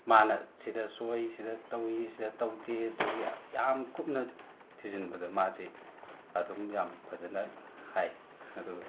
ꯃꯥꯅ ꯁꯤꯗ ꯁꯣꯏ ꯁꯤꯗ ꯇꯧꯋꯤ ꯁꯤꯗ ꯇꯧꯗꯦ ꯑꯗꯒꯤ ꯌꯥꯝ ꯀꯨꯞꯅ ꯊꯤꯖꯟꯕꯗ ꯃꯥꯁꯦ ꯑꯗꯨꯝ ꯌꯥꯝ ꯐꯖꯅ ꯍꯥꯏ ꯑꯗꯨ